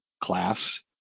class